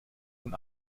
nun